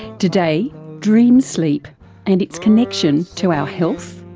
today, dream sleep and its connection to our health,